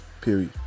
period